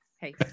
hey